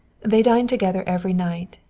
they dined together every night,